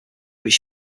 which